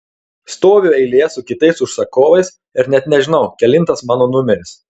stoviu eilėje su kitais užsakovais ir net nežinau kelintas mano numeris